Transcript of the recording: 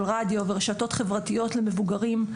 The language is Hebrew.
של רדיו ורשתות חברתיות למבוגרים,